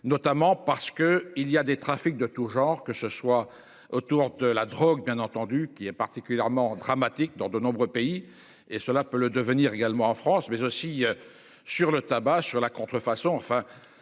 notamment parce que il y a des trafics de tout genre, que ce soit autour de la drogue bien entendu qui est particulièrement dramatique dans de nombreux pays et cela peut le devenir également en France, mais aussi sur le tabac sur la contrefaçon,